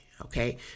Okay